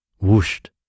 Whooshed